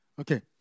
Okay